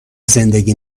زندگی